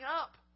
up